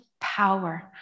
power